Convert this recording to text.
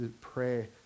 pray